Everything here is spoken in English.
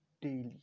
daily